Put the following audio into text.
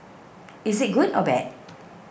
is it good or bad